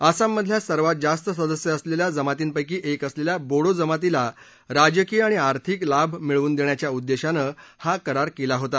आसामधल्या सर्वात जास्त सदस्य असलेल्या जमातींपैकी एक असलेल्या बोडो जमातीला राजकीय आणि आर्थिक लाभ मिळवून देण्याच्या उद्देशानं हा करार केला होता